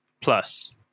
Plus